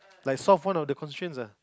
like solve one of the constraints ah